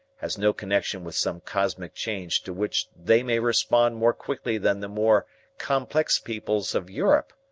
has no connection with some cosmic change to which they may respond more quickly than the more complex peoples of europe?